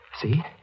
See